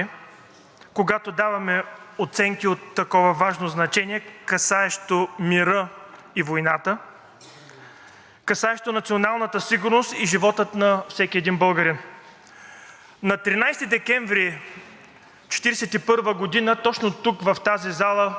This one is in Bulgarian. касаещо националната сигурност и живота на всеки един българин. На 13 декември 1941 г. точно тук, в тази зала, министър председателят тогава Богдан Филов влиза и народното представителство, ставайки на крака и ръкопляскайки му,